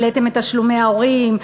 העליתם את תשלומי ההורים,